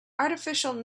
artificial